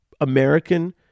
American